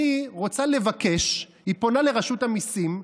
אני רוצה לבקש, היא פונה לרשות המיסים,